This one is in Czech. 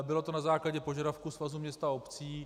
Bylo to na základě požadavku Svazu měst a obcí.